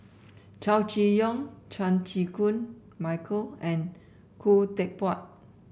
Chow Chee Yong Chan Chew Koon Michael and Khoo Teck Puat